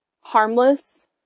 harmless